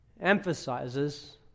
emphasizes